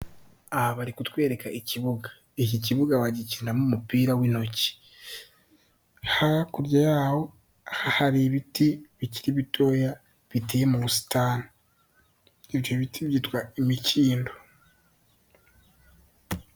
Aha bari kutwereka ikibuga, iki kibuga bagikinamo umupira w'intoki, hakurya y'aho hari ibiti bikiri bitoya biteye mu busitani ibyo biti byitwa imikindo.